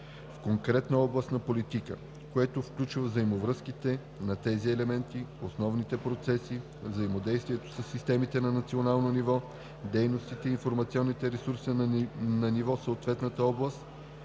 в конкретна област на политика, което включва взаимовръзките на тези елементи, основните процеси, взаимодействието със системите на национално ниво, дейностите и информационните ресурси на ниво съответната област,